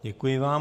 Děkuji vám.